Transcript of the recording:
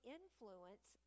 influence